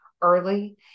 early